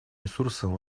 ресурсом